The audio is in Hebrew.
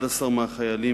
11 מהחיילים